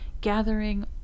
gathering